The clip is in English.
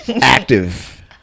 active